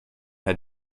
herr